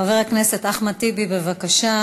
חבר הכנסת אחמד טיבי, בבקשה.